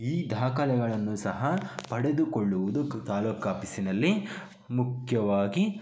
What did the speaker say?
ಈ ದಾಖಲೆಗಳನ್ನು ಸಹ ಪಡೆದುಕೊಳ್ಳುವುದು ತಾಲೂಕು ಆಪೀಸಿನಲ್ಲಿ ಮುಖ್ಯವಾಗಿ